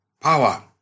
power